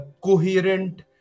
coherent